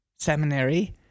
seminary